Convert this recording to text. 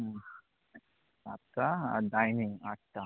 হুম সাতটা আর ডাইনিং আটটা